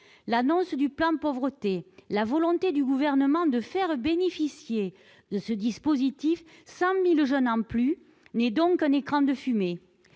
L'annonce du plan Pauvreté, la volonté du Gouvernement de faire bénéficier de ce dispositif 100 000 jeunes supplémentaires n'est donc qu'un écran de fumée.